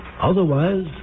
Otherwise